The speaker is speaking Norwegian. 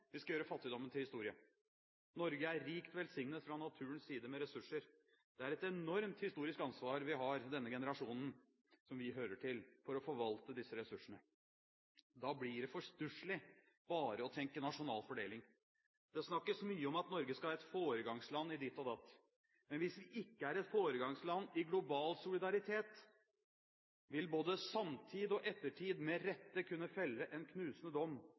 vi skal gjøre fattigdommen til historie. Norge er rikt velsignet fra naturens side med ressurser. Det er et enormt historisk ansvar denne generasjonen som vi hører til, har for å forvalte disse ressursene. Da blir det for stusselig bare å tenke nasjonal fordeling. Det snakkes mye om at Norge skal være et foregangsland i ditt og datt. Men hvis vi ikke er et foregangsland i global solidaritet, vil både samtid og ettertid med rette kunne felle en knusende dom